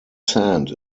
sand